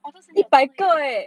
otters 很小子的 leh